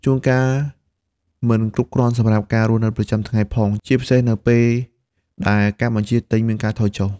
ជួនកាលមិនគ្រប់គ្រាន់សម្រាប់ការរស់នៅប្រចាំថ្ងៃផង ជាពិសេសនៅពេលដែលការបញ្ជាទិញមានការថយចុះ។